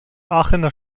aachener